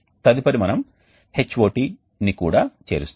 తదుపరి మనము Hot ని కూడా చేరుస్తాము